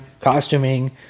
costuming